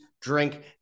drink